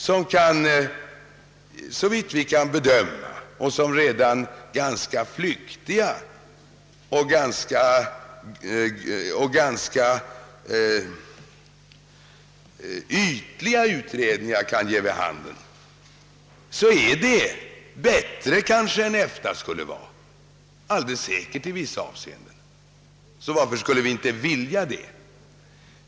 Såvitt vi kan bedöma är det något som redan ganska flyktiga och ytliga utredningar kan ge vid handen kanske skulle kunna vara bättre än EFTA, ja är i vissa avseenden alldeles säkert bättre. Varför skulle vi inte vilja det?